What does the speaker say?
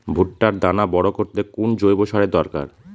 ভুট্টার দানা বড় করতে কোন জৈব সারের দরকার?